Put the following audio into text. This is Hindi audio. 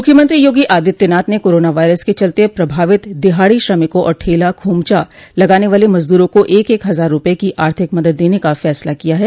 मुख्यमंत्री योगी आदित्यनाथ ने कोरोना वायरस के चलते प्रभावित दिहाड़ी श्रमिकों और ठेला खोमचा लगाने वाले मजदूरों को एक एक हजार रूपये की आर्थिक मदद देने का फैसला किया है